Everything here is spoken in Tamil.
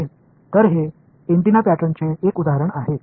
எனவே இது ஆண்டெனா வடிவத்தின் ஒரு எடுத்துக்காட்டு